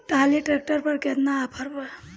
Trolley tractor पर केतना offer बा?